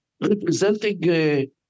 representing